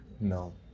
No